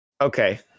Okay